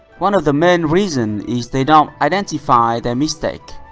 one of the main reasons is they don't identify their mistakes,